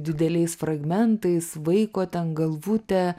dideliais fragmentais vaiko ten galvutė